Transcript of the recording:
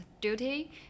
duty